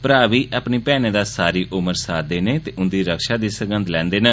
भ्रांऽ बी अपनी मैहनें दा सारी उम्र साथ देने ते उन्दी रक्षा दी सगंघ लैंदे न